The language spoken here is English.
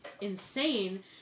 insane